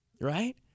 right